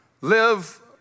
Live